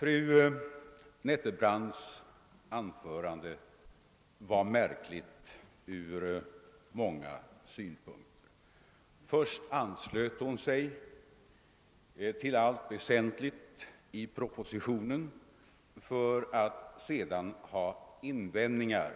Fru Nettelbrandts anförande var märkligt ur många synpunkter. Först anslöt hon sig i allt väsentligt till propositionen för att sedan göra invändningar